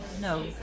no